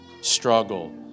struggle